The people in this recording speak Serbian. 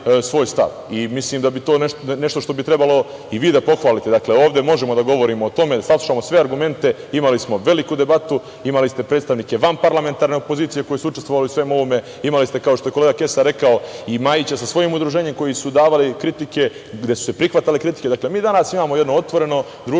svoj stav. Mislim da je to nešto što bi trebalo i vi da pohvalite. Dakle, ovde možemo da govorimo o tome, da saslušamo sve argumente, imali smo veliku debatu, imali ste predstavnike vanparlamentarne opozicije koji su učestvovali u svemu ovome, imali ste, kao što je kolega Kesar rekao, i Majića sa svojim udruženjem koji su davali kritike, gde su se prihvatale kritike. Dakle, mi danas imamo jedno otvoreno društvo,